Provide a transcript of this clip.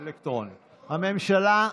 הצבעה.